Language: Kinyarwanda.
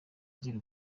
agira